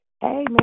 Hey